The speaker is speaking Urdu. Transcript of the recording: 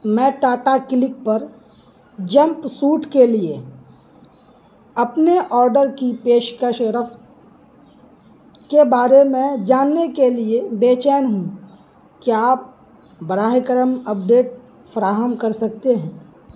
میں ٹاٹا کلک پر جمپ سوٹ کے لیے اپنے آڈر کی پیش کش و رفت کے بارے میں جاننے کے لیے بے چین ہوں کیا آپ براہ کرم اپڈیٹ فراہم کر سکتے ہیں